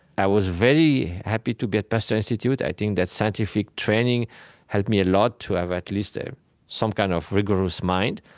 i was very happy to get pasteur institute i think that scientific training helped me a lot to have at least have ah some kind of rigorous mind.